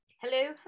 Hello